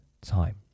time